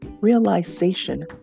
realization